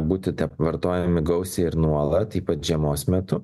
būti vartojami gausiai ir nuolat ypač žiemos metu